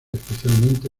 especialmente